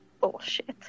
Bullshit